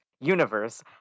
universe